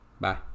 bye